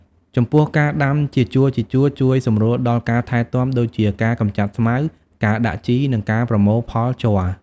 ចំពោះការដាំជាជួរៗជួយសម្រួលដល់ការថែទាំ ដូចជាការកម្ចាត់ស្មៅ ការដាក់ជី និងការប្រមូលផលជ័រ។